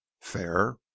Fair